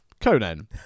Conan